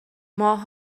ماه